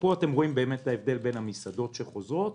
פה אתם רואים את ההבדל בין המסעדות שחוזרות